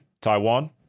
Taiwan